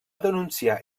denunciar